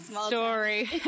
story